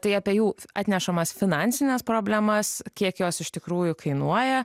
tai apie jų atnešamas finansines problemas kiek jos iš tikrųjų kainuoja